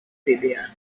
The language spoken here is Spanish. ltda